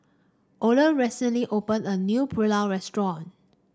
Ole recently opened a new Pulao restaurant